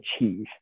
achieve